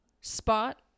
spot